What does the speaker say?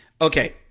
Okay